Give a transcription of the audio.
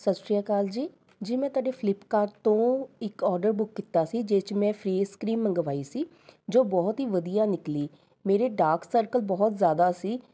ਸਤਿ ਸ਼੍ਰੀ ਅਕਾਲ ਜੀ ਜੀ ਮੈਂ ਤੁਹਾਡੀ ਫਲਿਪਕਾਰਟ ਤੋਂ ਇੱਕ ਔਰਡਰ ਬੁੱਕ ਕੀਤਾ ਸੀ ਜਿਸ 'ਚ ਮੈਂ ਫੇਸ ਕਰੀਮ ਮੰਗਵਾਈ ਸੀ ਜੋ ਬਹੁਤ ਹੀ ਵਧੀਆ ਨਿਕਲੀ ਮੇਰੇ ਡਾਰਕ ਸਰਕਲ ਬਹੁਤ ਜ਼ਿਆਦਾ ਸੀ